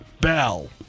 bell